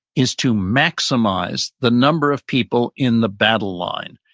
is to maximize the number of people in the battle line,